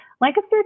Lancaster